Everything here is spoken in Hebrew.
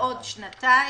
לעוד שנתיים.